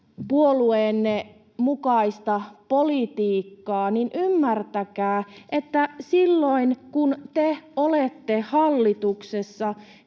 puolueenne mukaista politiikkaa, niin ymmärtäkää, että silloin kun te olette hallituksessa,